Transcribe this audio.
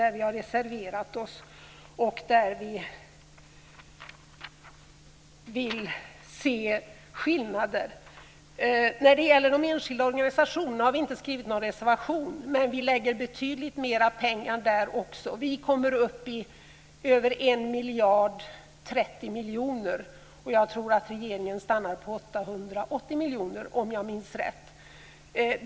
Där har vi reserverat oss och där vill vi se skillnader. Jag tror att regeringen stannar på 880 miljoner, om jag minns rätt.